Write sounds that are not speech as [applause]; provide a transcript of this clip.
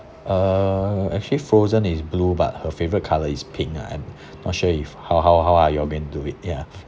uh actually frozen is blue but her favourite colour is pink ah and [breath] not sure if how how how are you gonna do it ya [breath]